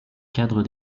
cadre